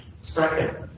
second